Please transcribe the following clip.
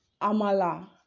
Amala